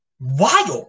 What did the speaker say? wild